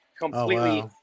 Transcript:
completely –